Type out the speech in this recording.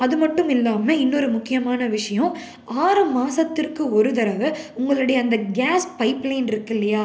அது மட்டும் இல்லாமல் இன்னொரு முக்கியமான விஷயம் ஆறு மாதத்திற்கு ஒரு தடவை உங்களுடைய அந்த கேஸ் பைப் லைன் இருக்குல்லியா